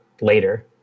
later